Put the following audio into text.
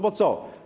Bo co?